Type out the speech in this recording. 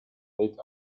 late